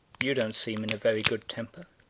you don't seem in a very good temper,